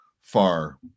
far